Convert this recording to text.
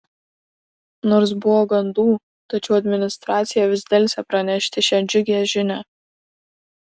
nors buvo gandų tačiau administracija vis delsė pranešti šią džiugią žinią